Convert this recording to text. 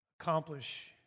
accomplish